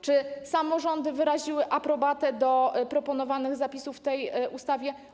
Czy samorządy wyraziły aprobatę dla proponowanych zapisów w tej ustawie?